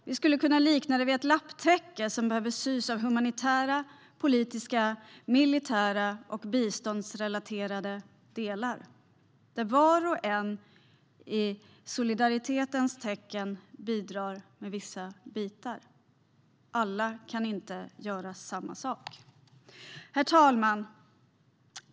Vi skulle kunna likna det vid ett lapptäcke som behöver sys av humanitära, politiska, militära och biståndsrelaterade delar där var och en i solidaritetens tecken bidrar med vissa bitar. Alla kan inte göra samma sak. Herr talman!